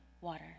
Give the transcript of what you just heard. water